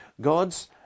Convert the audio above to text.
God's